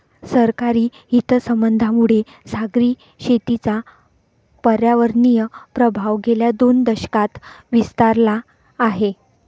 सरकारी हितसंबंधांमुळे सागरी शेतीचा पर्यावरणीय प्रभाव गेल्या दोन दशकांत विस्तारला आहे